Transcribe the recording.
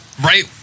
right